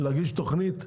להגיש תוכנית?